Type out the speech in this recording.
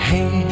Hey